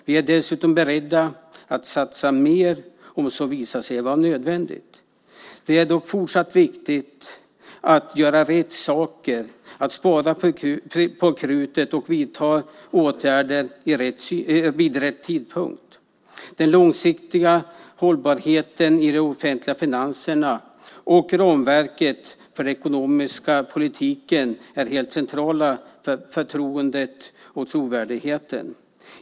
Vi är dessutom beredda att satsa mer om så visar sig vara nödvändigt. Det är dock fortsatt viktigt att göra rätt saker, spara på krutet och vidta åtgärder vid rätt tidpunkt. Den långsiktiga hållbarheten i de offentliga finanserna och ramverket för den ekonomiska politiken är helt centrala för förtroendet och trovärdigheten.